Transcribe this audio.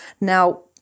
Now